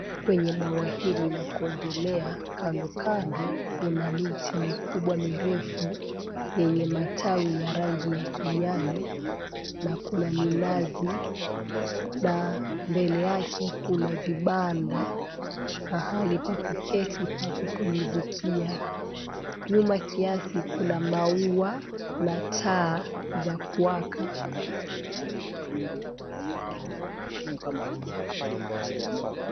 Kwenye bwawa hili la kuongelea kando kando kuna miti mikubwa mirefu yenye matawi ya rangi ya kijani, na kuna minazi na mbele yake kuna vibanda, pahali pa kuketi pa kupumzikia, nyuma kiasi kuna maua na taa za kuwaka.